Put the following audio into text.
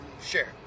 share